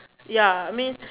ya I mean